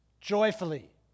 joyfully